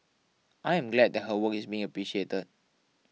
I am glad that her work is being appreciated